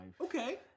Okay